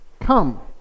come